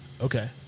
Okay